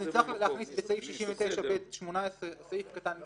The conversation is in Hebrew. צריך להכניס בסעיף 69ב18 סעיף קטן (ג),